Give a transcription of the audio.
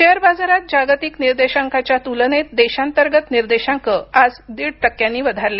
share बाजारात जागतिक निर्देशांकाच्या तुलनेत देशांतर्गत निर्देशांक आज दीड टक्क्यांनी वधारले